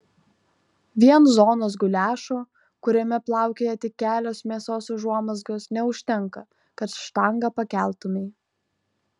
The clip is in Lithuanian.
vien zonos guliašo kuriame plaukioja tik kelios mėsos užuomazgos neužtenka kad štangą pakeltumei